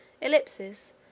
ellipses